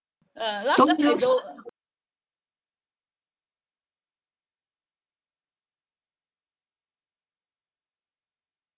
don't use